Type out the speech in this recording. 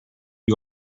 you